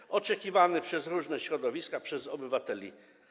Jest on oczekiwany przez różne środowiska, przez obywateli.